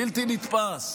בלתי נתפס.